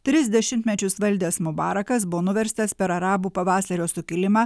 tris dešimtmečius valdęs mubarakas buvo nuverstas per arabų pavasario sukilimą